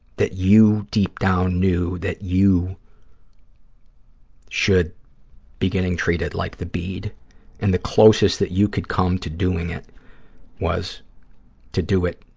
that you deep down knew that you should be getting treated like the bead and the closest that you could come to doing it was to do it